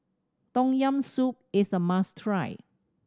Tom Yam Soup is a must try